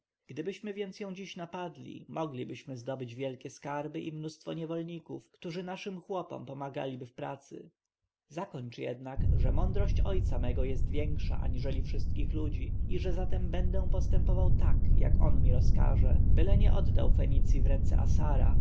gdybyśmy więc ją dziś napadli moglibyśmy zdobyć wielkie skarby i mnóstwo niewolników którzy naszym chłopom pomagaliby w pracy zakończ jednak że mądrość ojca mego jest większa aniżeli wszystkich ludzi i że zatem będę postępował tak jak on mi rozkaże byle nie oddał fenicji w ręce assara